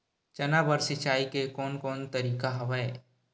चना बर सिंचाई के कोन कोन तरीका हवय?